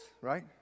right